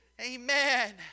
amen